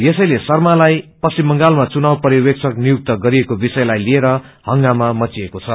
यसैले शर्मालाई पश्चिम बंगालमा चुनाव पर्यवेद्वक्षक नियुक्त गरिएको विषयलाई लिएर इंगामा मच्चिएको छ